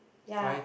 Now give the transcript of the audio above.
ya